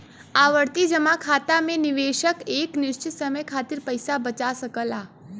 आवर्ती जमा खाता में निवेशक एक निश्चित समय खातिर पइसा बचा सकला